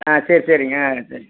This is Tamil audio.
ஆ சரி சரிங்க ஆ